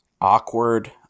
awkward